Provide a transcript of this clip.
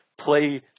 play